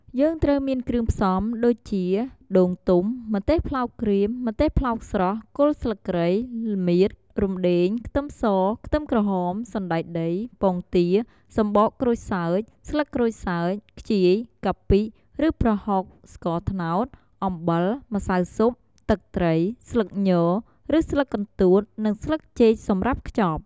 យើងត្រូវមានគ្រឿងផ្សំដូចជា ដូងទុំ ម្ទេសប្លោកក្រៀម ម្ទេសប្លោកស្រស់ គល់ស្លឹកគ្រៃ ល្មៀត រំដេង ខ្ទឹមស ខ្ទឹមក្រហម សណ្តែកដី ពងទា សំបកក្រូចសើច ស្លឹកក្រូចសើច ខ្ជាយ កាពិ ឬ ប្រហុក ស្ករត្នោត អំបិល ម្សៅស៊ុប ទឹកត្រី ស្លឹកញ ឬស្លឹកកន្ទួត និង ស្លឹកចេកសម្រាប់ខ្ចប់។